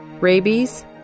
Rabies